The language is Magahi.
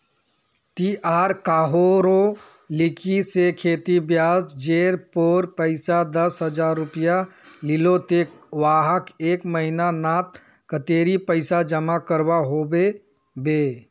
ती अगर कहारो लिकी से खेती ब्याज जेर पोर पैसा दस हजार रुपया लिलो ते वाहक एक महीना नात कतेरी पैसा जमा करवा होबे बे?